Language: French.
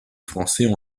français